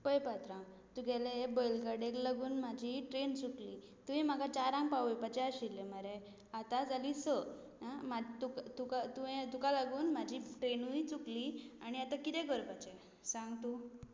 पळय पात्रांव तुगेले हे बैल गाड्याक लागून म्हगेली ट्रॅन चुकली तुवें म्हाका चारांक पावोवपाचें आशिल्लें मरे आतां जालीं स तुका लागून म्हजी ट्रॅनूय चुकली आनी आतां कितें करपाचें सांग तूं